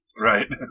right